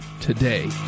today